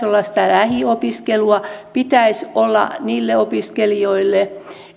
olla sitä lähiopiskelua pitäisi olla niille opiskelijoille